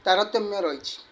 ତାରତମ୍ୟ ରହିଛି